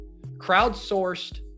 Crowdsourced